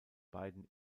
beiden